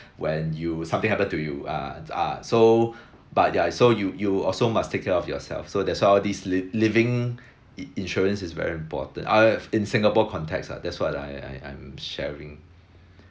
when you something happen to you ah ah so but ya so you you also must take care of yourself so that's why all this li~ living in~ insurance is very important uh in singapore context lah that's what I I I'm sharing